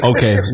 Okay